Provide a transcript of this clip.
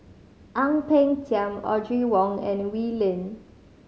Ang Peng Tiam Audrey Wong and Wee Lin